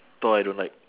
thor I don't like